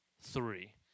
three